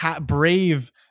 brave